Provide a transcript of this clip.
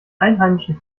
einheimischen